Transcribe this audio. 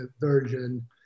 version